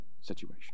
situation